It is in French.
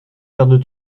gardes